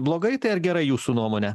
blogai tai ar gerai jūsų nuomone